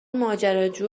ماجراجو